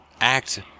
act